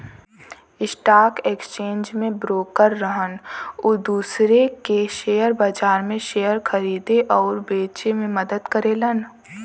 stock exchange में broker रहन उ दूसरे के शेयर बाजार में शेयर खरीदे आउर बेचे में मदद करेलन